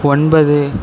ஒன்பது